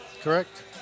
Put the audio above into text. Correct